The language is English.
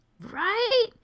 Right